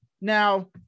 Now